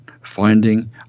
finding